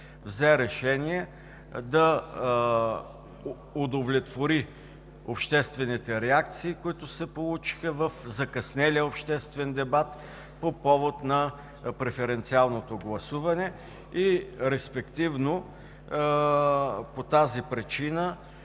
взе решение да удовлетвори обществените реакции, които се получиха в закъснелия обществен дебат по повод на преференциалното гласуване, и респективно по тази причина